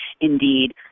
indeed